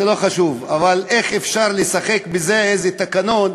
זה לא חשוב, אבל איך אפשר לשחק בזה בתקנון,